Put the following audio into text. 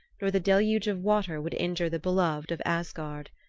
nor the deluge of water would injure the beloved of asgard.